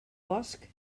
bosc